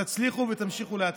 שתצליחו ותמשיכו להצליח.